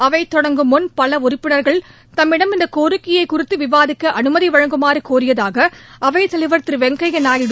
அவை தொடங்கும் முன் பல உறுப்பினர்கள் தம்மிடம் இந்த கோரிக்கையை குறித்து விவாதிக்க அனுமதி அளிக்குமாறு கோரியதாக அவைத்தலைவர் திரு வெங்கையா நாயுடு